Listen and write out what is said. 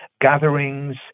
gatherings